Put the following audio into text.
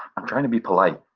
i'm trying to be polite.